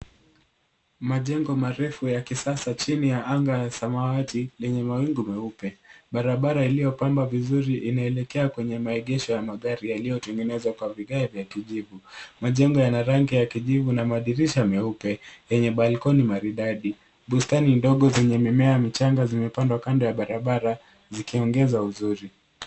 Majengo marefu ya kisasa chini ya anga la samawati, lenye mawingu meupe. Barabara iliyopambwa vizuri inaelekea kwenye maegesho ya magari yaliyotengenezwa kwa vigae vya kijivu. Majengo yana rangi ya kijivu na madirisha meupe, yenye balkoni maridadi, bustani ndogo zenye mimea michanga zimepandwa kando ya barabara, zikiongeza uzuri.